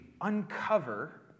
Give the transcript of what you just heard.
uncover